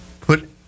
put